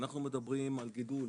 אנחנו מדברים על גידול,